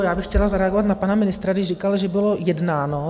Já bych chtěla zareagovat na pana ministra, když říkal, že bylo jednáno.